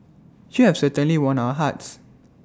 you have certainly won our hearts